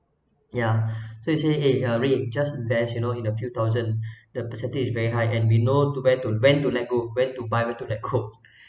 ya so he say eh uh ray just there's you know in a few thousand the percentage is very high and we know to buy to when to let go when to buy when to let go